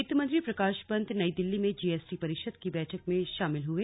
वित्त मंत्री प्रकाश पंत नई दिल्ली में जीएसटी परिषद की बैठक में शामिल हुए